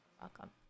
welcome